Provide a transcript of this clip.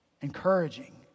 encouraging